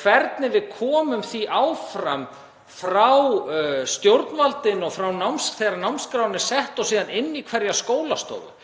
hvernig við komum því áfram frá stjórnvaldinu þegar námskráin er sett og síðan inn í hverja skólastofu,